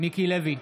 מיקי לוי,